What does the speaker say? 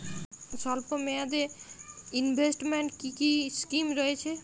স্বল্পমেয়াদে এ ইনভেস্টমেন্ট কি কী স্কীম রয়েছে?